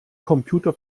computer